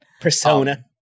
persona